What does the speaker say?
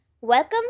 welcome